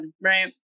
right